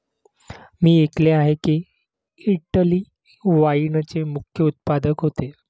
मी ऐकले आहे की, इटली वाईनचे मुख्य उत्पादक होते